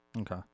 Okay